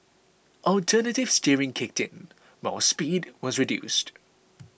alternative steering kicked in while speed was reduced